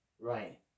Right